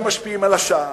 וכאשר משפיעים על השער,